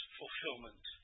fulfillment